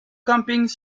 campings